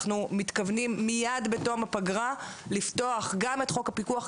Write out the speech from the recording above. אנחנו מתכוונים מיד בתום הפגרה לפתוח גם את חוק הפיקוח,